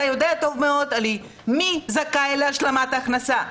אתה יודע טוב מאוד, עלי, מי זכאי להשלמת הכנסה.